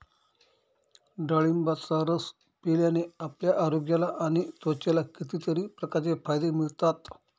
डाळिंबाचा रस पिल्याने आपल्या आरोग्याला आणि त्वचेला कितीतरी प्रकारचे फायदे मिळतात